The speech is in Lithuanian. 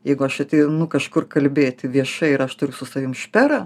jeigu aš ateinu kažkur kalbėti viešai ir aš turiu su savim šperą